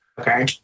Okay